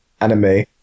anime